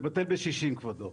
זה בטל בשישים, כבודו.